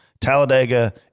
Talladega